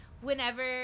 whenever